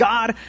God